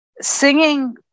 singing